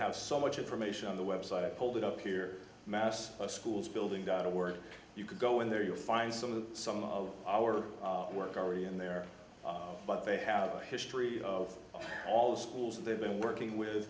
have so much information on the website i pulled it up here mass of schools building got to work you could go in there you'll find some of some of our work already in there but they have a history of all the schools they've been working with